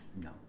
No